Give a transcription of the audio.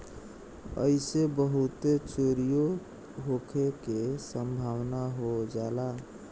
ऐइसे बहुते चोरीओ होखे के सम्भावना हो जाला